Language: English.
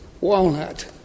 walnut